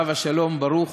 עליו השלום, ברוך.